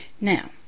Now